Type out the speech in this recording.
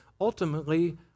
ultimately